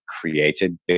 created